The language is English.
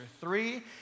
three